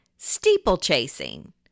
steeplechasing